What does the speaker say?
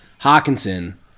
Hawkinson